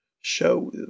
show